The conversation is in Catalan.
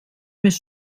més